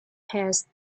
passed